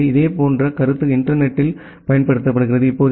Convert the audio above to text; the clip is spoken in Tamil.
எனவே இதே போன்ற கருத்து இன்டர்நெட்ல் பயன்படுத்தப்படுகிறது